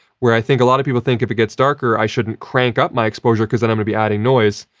where i think a lot of people think if it gets darker, i shouldn't crank up my exposure because then i'm going to be adding noise.